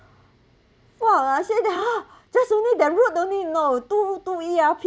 !wah! I say that hor just only that road only you know two two E_R_P